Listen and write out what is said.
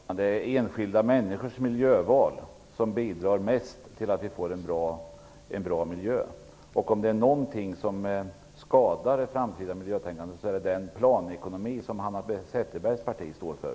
Herr talman! Det är enskilda människors miljöval som bidrar mest till att vi får en bra miljö. Om det är någonting som skadar det framtida miljötänkandet är det den planekonomi som Hanna Zetterbergs parti står för.